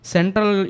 Central